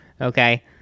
Okay